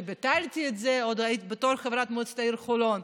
וביטלתי את זה עוד בתור חברת מועצת העיר חולון.